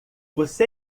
você